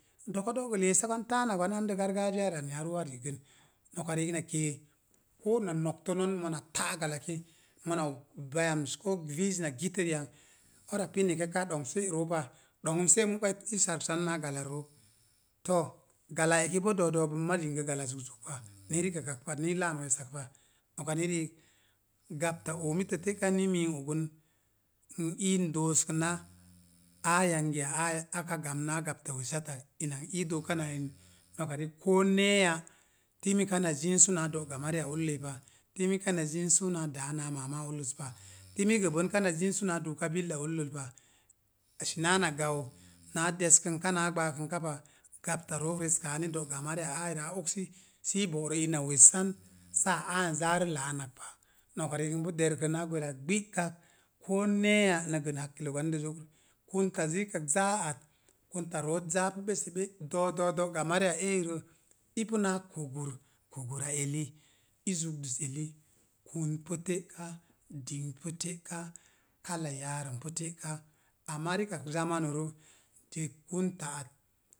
Do̱ka do̱ gə leesa gwan taana gwan andə gargaajiyarə anni a ruu a ri'gən. Noka riik ina kee, koo na nogtə non mona ta'ak gala ki, mona og bayamə ko viiz na gitə ri'ang, o̱ra pin eki kaa ɗong se roo pa, ɗomum se mu'ka i sarəksan naa galaa rook. To, galaa eki boo do̱o̱ do̱o̱ maz yingə gala zuzuk pa, ni rikak pa, ni i laan we̱e̱s ak pa. No̱ka ni riik, gapta oomittə te ka ni mii ogun, n iin dooskəna aa yangiya aai aka gamn na gapta wessat tak ina n ii dookan aa eni. Noka riik koo ne̱e̱ya timi kana zinsu naa do'gamariya ulləi pa, timi kana zinsu naa daa naa maama a ulləz pa. Timi gəbən kanaa zinsu naa duuka billa ulləl pa, sənaa na gau naa deskənka naa gbaakənka pa, gapta root reskaa ni do̱'gamariya aarə a oksi si i bo̱rə ina wessan saa aan zaa rə laanak pa. Noka riik n pu derkrə naa gweraa gbi'kak koo ne̱e̱ya na gən hakkilo gwandə zokrə. Kunta rikak zaa at kuntaa root zaa pu ɓeseɓe'. Do̱o̱ do̱o̱ do̱'gamariya eeirə ipu naa kogər, kogəra, eli i zukdus eli kunt pu te'ka, dingnt pu te'ka, kala yaarəm pu te'ka. Amma rikak zamanu rə, de kunta at